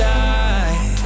die